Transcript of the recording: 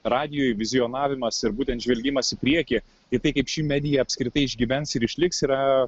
radijui vizionavimas ir būtent žvelgimas į priekį į tai kaip ši medija apskritai išgyvens ir išliks yra